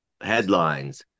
headlines